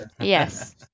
Yes